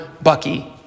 bucky